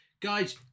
Guys